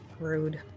Rude